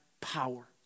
power